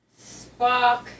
Spock